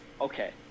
okay